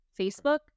Facebook